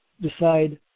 decide